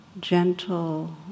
gentle